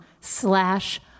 slash